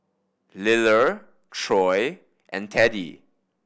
Liller Troy and Teddie